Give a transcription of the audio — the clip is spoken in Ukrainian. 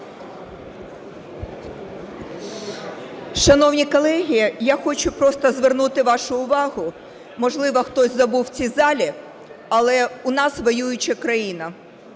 Шановні колеги, я хочу просто звернути вашу увагу, можливо, хтось забув у цій залі, але в нас воююча країна.